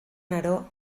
neró